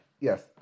Yes